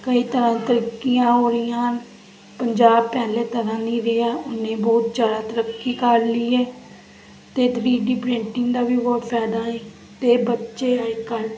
ਕਈ ਤਰ੍ਹਾਂ ਤਰੱਕੀਆਂ ਹੋ ਰਹੀਆਂ ਹਨ ਪੰਜਾਬ ਪਹਿਲੇ ਤਰ੍ਹਾਂ ਨਹੀਂ ਰਿਹਾ ਉਹਨੇ ਬਹੁਤ ਜ਼ਿਆਦਾ ਤਰੱਕੀ ਕਰ ਲਈ ਹੈ ਅਤੇ ਥ੍ਰੀ ਡੀ ਪ੍ਰਿੰਟਿੰਗ ਦਾ ਵੀ ਬਹੁਤ ਫਾਇਦਾ ਏ ਅਤੇ ਬੱਚੇ ਵੀ ਕਰ